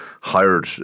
hired